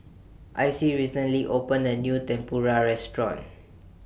Icie recently opened A New Tempura Restaurant